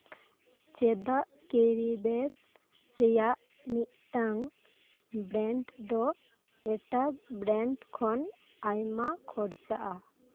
ᱪᱮᱫᱟᱜ carry bags ᱨᱮᱭᱟᱜ ᱢᱤᱫᱴᱟᱝ ᱵᱨᱮᱱᱰ ᱫᱚ ᱮᱴᱟᱜ ᱵᱨᱮᱱᱰ ᱠᱷᱚᱱ ᱟᱭᱢᱟ ᱠᱷᱚᱨᱪᱟᱼᱟ